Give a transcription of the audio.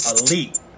elite